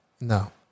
No